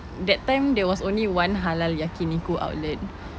that time there was only one halal yakiniku outlet